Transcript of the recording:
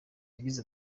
yagize